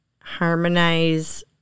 harmonize